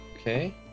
okay